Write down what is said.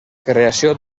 creació